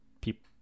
people